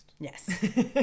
Yes